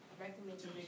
Recommendation